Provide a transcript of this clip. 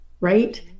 Right